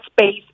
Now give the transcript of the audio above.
space